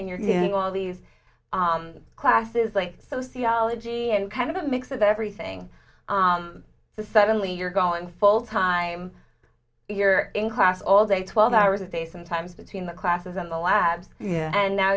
thing you're doing all these classes like sociology and kind of a mix of everything to suddenly you're going full time you're in class all day twelve hours a day sometimes between the classes and the labs and now